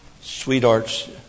Sweethearts